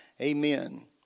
Amen